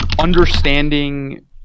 understanding